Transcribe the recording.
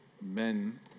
men